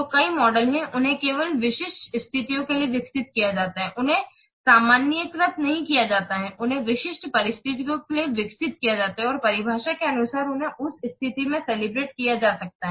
तो कई मॉडल हैं उन्हें केवल विशिष्ट स्थितियों के लिए विकसित किया जाता है उन्हें सामान्यीकृत नहीं किया जाता है उन्हें विशिष्ट परिस्थितियों के लिए विकसित किया जाता है और परिभाषा के अनुसार उन्हें उस स्थिति में कैलिब्रेट किया जा सकता है